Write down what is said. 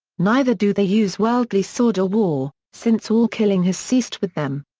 neither do they use worldly sword or war, since all killing has ceased with them.